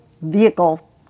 vehicle